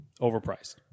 overpriced